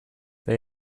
they